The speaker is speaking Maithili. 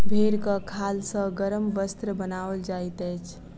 भेंड़क खाल सॅ गरम वस्त्र बनाओल जाइत अछि